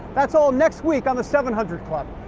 that's all next week on the seven hundred club.